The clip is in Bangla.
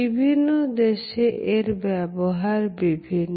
বিভিন্ন দেশে এর ব্যবহার বিভিন্ন